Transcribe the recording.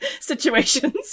situations